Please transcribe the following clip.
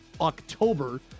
October